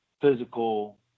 physical